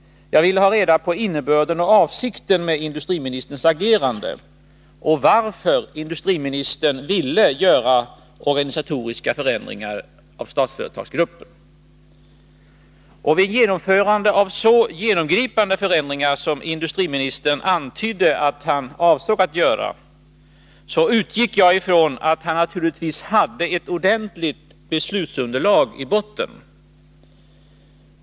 Jag ville ha reda på innebörden och avsikten med industriministerns agerande — och varför industriministern ville göra organisatoriska förändringar i Statsföretagsgruppen. Vid ett genomförande av så genomgripande förändringar som industriministern antydde att han avsåg att göra, utgick jag ifrån att han naturligtvis hade ett ordentligt beslutsunderlag i botten.